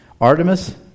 Artemis